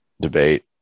debate